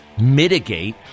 mitigate